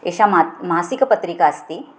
एषा मासिका मासिकपत्रिका अस्ति